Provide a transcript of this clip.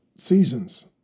seasons